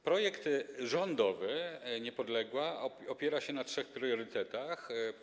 Projekt rządowy „Niepodległa” opiera się na trzech priorytetach.